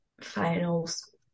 finals